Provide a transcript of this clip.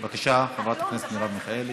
בבקשה, חברת הכנסת מרב מיכאלי.